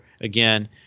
again